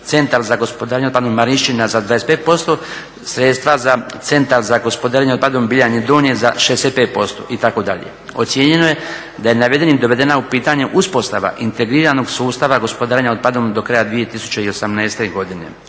Centar za gospodarenje otpadom Marinščina za 25%, sredstva za Centar za gospodarenje otpadom … donje za 65% itd. Ocijenjeno je da je navedenim dovedena u pitanje uspostava integriranog sustava gospodarenja otpadom do kraja 2018. godine.